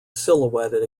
silhouetted